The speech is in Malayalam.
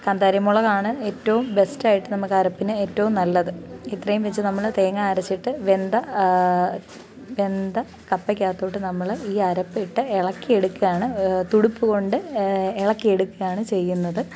കാന്താരി മുളകാണ് എറ്റവും ബെസ്റ്റ് ആയിട്ട് നമ്മൾക്ക് അരപ്പിന് ഏറ്റവും നല്ലത് ഇത്രയും വച്ച് നമ്മൾ തേങ്ങ അരച്ചിട്ട് വെന്ത വെന്ത കപ്പയ്ക്ക് അകത്തോട്ട് നമ്മൾ ഈ അരപ്പിട്ട് ഇളക്കിയെടുക്കുകയാണ് തുടുപ്പ് കൊണ്ട് ഇളക്കിയെടുക്കുകയാണ് ചെയ്യുന്നത്